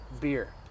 beer